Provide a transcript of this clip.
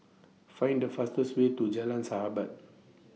Find The fastest Way to Jalan Sahabat